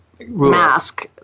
mask